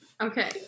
Okay